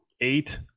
Eight